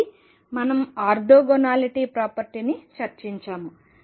కాబట్టి మనం ఆర్తోగోనాలిటీ ప్రాపర్టీని చర్చించాము